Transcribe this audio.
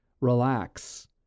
relax